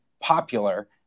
popular